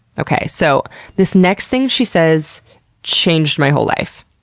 okay, so this next thing she says changed my whole life.